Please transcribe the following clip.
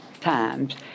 times